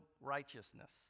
righteousness